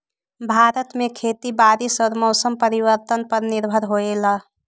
भारत में खेती बारिश और मौसम परिवर्तन पर निर्भर होयला